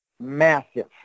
massive